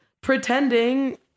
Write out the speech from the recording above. pretending